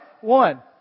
One